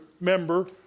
member